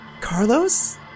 Carlos